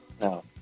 No